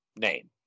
name